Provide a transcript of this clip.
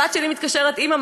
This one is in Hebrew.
הבת שלי מתקשרת: אימא,